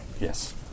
Yes